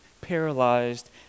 paralyzed